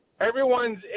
Everyone's